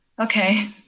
okay